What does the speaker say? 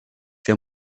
fer